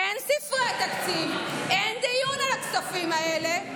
אין ספרי תקציב, אין דיון על הכספים האלה,